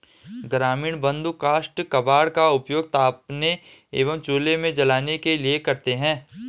ग्रामीण बंधु काष्ठ कबाड़ का उपयोग तापने एवं चूल्हे में जलाने के लिए करते हैं